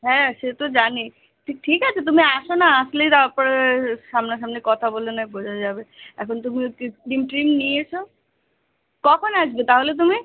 হ্যাঁ সে তো জানি ঠিক আছে তুমি আসো না আসলেই তারপর সামনা সামনি কথা বলে নেবো হয়ে যাবে এখন তুমিও ক্রিম ট্রিম নিয়ে এসো কখন আসবে তাহলে তুমি